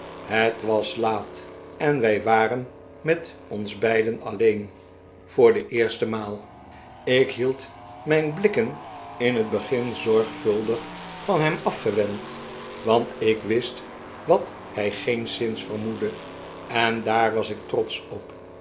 het was laat en wij waren met ons beiden alleen voor de eerste maal ik hield mijn blikken in het begin zorgvuldig van hem afgewend want ik wist wat hij geenszins vermoedde en daar was ik trotsch op